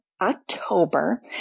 October